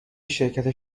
شرکت